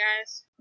guys